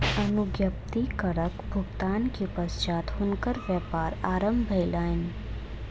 अनुज्ञप्ति करक भुगतान के पश्चात हुनकर व्यापार आरम्भ भेलैन